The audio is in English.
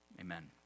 Amen